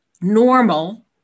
normal